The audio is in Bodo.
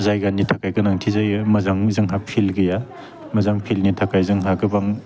जायगानि थाखाय गोनांथि जायो मोजां जोंहा फिल गैया मोजां फिलनि थाखाय जोंहा गोबां